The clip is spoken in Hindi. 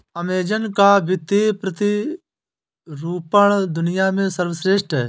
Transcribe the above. अमेज़न का वित्तीय प्रतिरूपण दुनिया में सर्वश्रेष्ठ है